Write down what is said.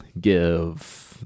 give